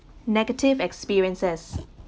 negative experiences